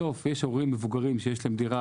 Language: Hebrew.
בסוף יש הורים מבוגרים שיש להם דירה